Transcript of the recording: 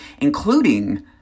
including